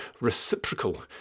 reciprocal